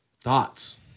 Thoughts